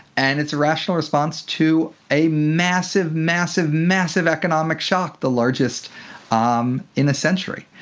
and it's a rational response to a massive, massive, massive economic shock, the largest um in a century.